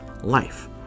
life